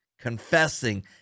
confessing